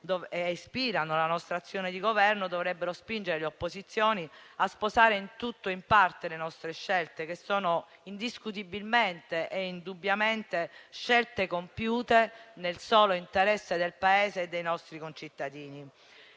e ispirano la nostra azione di Governo dovrebbe spingere le opposizioni a sposare in tutto o in parte le nostre scelte, che sono indiscutibilmente e indubbiamente compiute nel solo interesse del Paese e dei nostri concittadini.